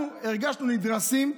אנחנו הרגשנו נדרסים.